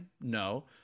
No